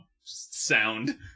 sound